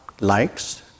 likes